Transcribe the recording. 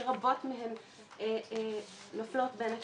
שרבות מהן נופלות בין הכיסאות,